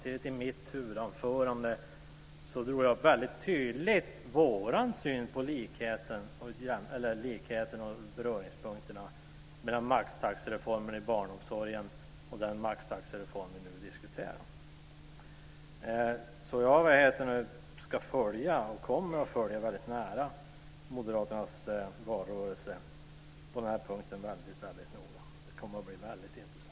I mitt huvudanförande redogjorde jag mycket tydligt för vår syn på likheten och beröringspunkterna mellan maxtaxereformen i barnomsorgen och den maxtaxereform vi nu diskuterar. Jag kommer att följa Moderaterna väldigt noga i valrörelsen på den här punkten. Det kommer att bli mycket intressant.